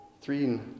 three